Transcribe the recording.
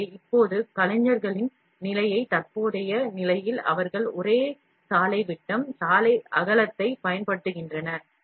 எனவே இப்போது கலைஞர்களின் நிலையை தற்போதைய நிலையில் அவர்கள் ஒரே சாலை விட்டம் சாலை அகலத்தைப் பயன்படுத்துகின்றனர்